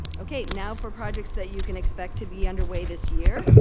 okay, now for projects that you can expect to be underway this year.